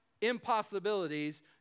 impossibilities